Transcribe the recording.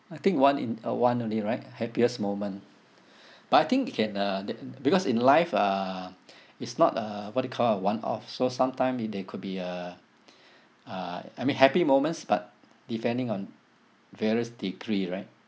I think one in uh one only right happiest moment but I think it can uh that because in life uh it's not uh what you call a one off so sometime it there could be uh uh I mean happy moments but depending on various degree right